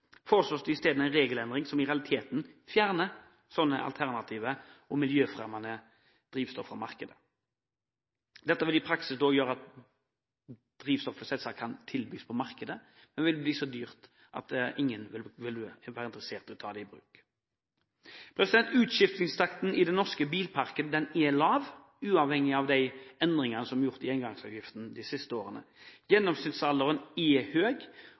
foreslås det en regelendring som i realiteten vil fjerne slike alternative og miljøfremmende drivstoff fra markedet. Dette vil i praksis bety at drivstoffet selvsagt kan tilbys på markedet, men det vil bli så dyrt at ingen vil være interessert i å ta det i bruk. Utskiftingstakten i den norske bilparken er lav, uavhengig av de endringene som er gjort i engangsavgiften de siste årene. Gjennomsnittsalderen for personbilene er